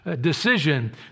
decision